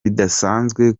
bidasanzwe